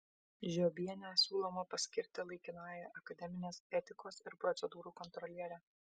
žiobienę siūloma paskirti laikinąja akademinės etikos ir procedūrų kontroliere